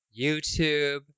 YouTube